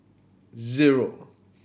zero